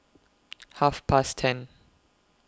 Half Past ten